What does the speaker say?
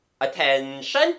Attention